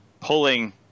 pulling